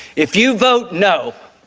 if you vote no,